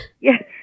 Yes